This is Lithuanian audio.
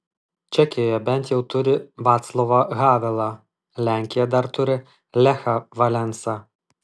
čekija bent jau turi vaclovą havelą lenkija dar turi lechą valensą